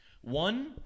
One